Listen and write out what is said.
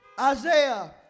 Isaiah